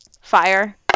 fire